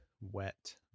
wet